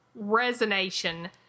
resonation